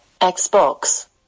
Xbox